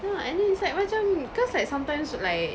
yeah and then it's like macam cause like sometimes like